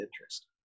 interest